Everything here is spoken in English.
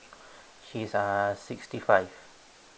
she's uh sixty five